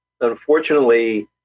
unfortunately